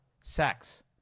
sex